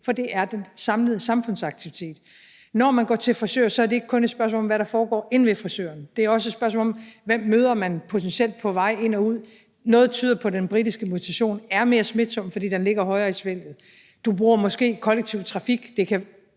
for det er den samlede samfundsaktivitet, der tæller. Når man går til frisør, er det ikke kun et spørgsmål om, hvad der foregår inde ved frisøren, men det er også et spørgsmål om, hvem man potentielt møder på vej ind og ud. Noget tyder på, at den britiske mutation er mere smitsom, fordi den ligger højere i svælget. Du bruger måske kollektiv trafik